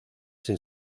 sin